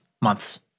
months